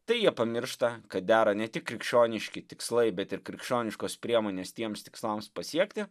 tai jie pamiršta kad dera ne tik krikščioniški tikslai bet ir krikščioniškos priemonės tiems tikslams pasiekti